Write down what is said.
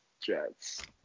Jets